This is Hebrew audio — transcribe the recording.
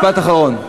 משפט אחרון.